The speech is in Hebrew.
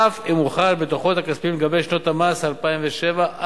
אף אם הוחל בדוחות הכספיים לגבי שנות המס 2007 2009,